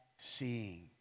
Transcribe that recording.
seeing